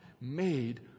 made